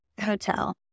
hotel